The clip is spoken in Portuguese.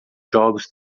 jogos